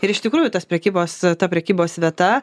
ir iš tikrųjų tas prekybos ta prekybos vieta